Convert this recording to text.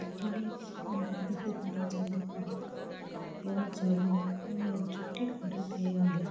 ଦେଖିଲି ଏମିତି କେତେ ଦିନ ଝଡ଼ିଗଲା ବହୁତ ଝଡ଼େ ମୋର ଚୁଟି ଖରାପ ହେଇଗଲା